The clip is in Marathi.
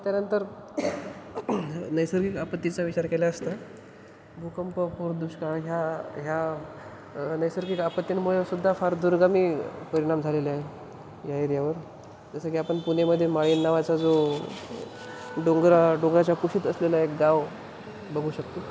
त्यानंतर नैसर्गिक आपत्तीचा विचार केला असता भूकंप दुष्काळ ह्या ह्या नैसर्गिक आपत्तींमुळे सुद्धा फार दुर्गमी परिणाम झालेले आहे या एरियावर जसं की आपण पुणेमध्ये माळीण नावाचा जो डोंगराळ डोंगराच्या कुशीत असलेला एक गाव बघू शकतो